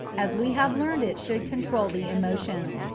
as we have learned it should control the emotions,